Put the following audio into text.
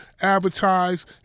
advertise